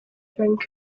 drink